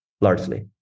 largely